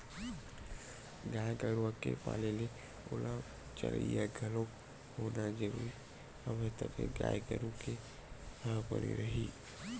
गाय गरुवा के पाले ले ओला चरइया घलोक होना जरुरी हवय तभे गाय गरु ह बने रइही